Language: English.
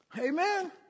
Amen